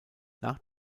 nach